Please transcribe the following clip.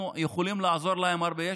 אנחנו יכולים לעזור להם הרבה.